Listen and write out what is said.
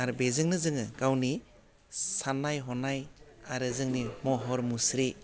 आरो बेजोंनो जोङो गावनि सान्नाय हनाय आरो जोंनि महर मुस्रि